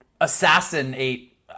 assassinate